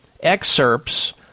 excerpts